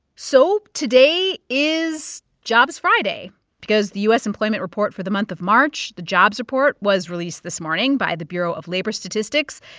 so today is jobs friday because the u s. employment report for the month of march, the jobs report, was released this morning by the bureau of labor statistics.